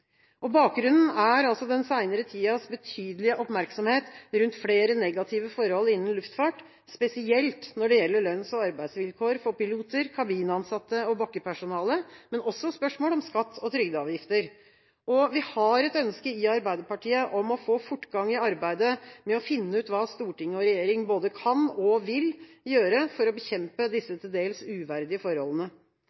Bakgrunnen er den seinere tidas betydelige oppmerksomhet rundt flere negative forhold innenfor luftfarten, spesielt når det gjelder lønns- og arbeidsvilkår for piloter, kabinansatte og bakkepersonale, men også når det gjelder spørsmål om skatt og trygdeavgifter. Og vi har et ønske i Arbeiderpartiet om å få fortgang i arbeidet med å finne ut hva storting og regjering både kan og vil gjøre for å bekjempe